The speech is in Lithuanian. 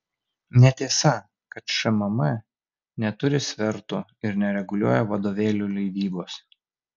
netiesa kad šmm neturi svertų ir nereguliuoja vadovėlių leidybos